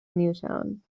newtown